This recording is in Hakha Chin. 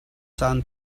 caan